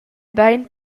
bein